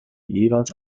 jeweils